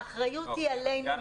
האחריות היא עלינו.